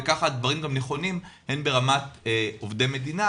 וככה הדברים גם נכונים הן ברמת עובדי מדינה